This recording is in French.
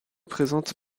présente